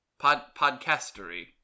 Podcastery